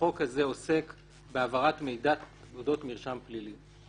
החוק הזה עוסק בהעברת מידע על אודות מרשם פלילי.